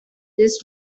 this